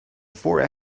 four